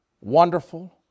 wonderful